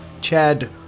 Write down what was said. Chad